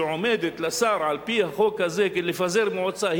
שעומדת לשר על-פי החוק הזה לפזר מועצה,